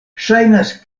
ŝajnas